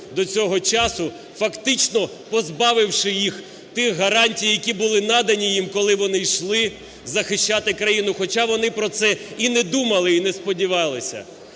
до цього часу, фактично, позбавивши їх тих гарантій, які були надані їм, коли вони йшли захищати країну, хоча вони про це і не думали, і не сподівалися.